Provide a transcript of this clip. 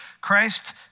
Christ